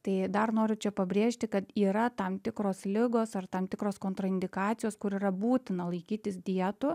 tai dar noriu čia pabrėžti kad yra tam tikros ligos ar tam tikros kontraindikacijos kur yra būtina laikytis dietų